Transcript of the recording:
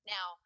Now